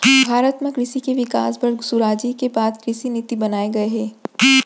भारत म कृसि के बिकास बर सुराजी के बाद कृसि नीति बनाए गये हे